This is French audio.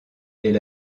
est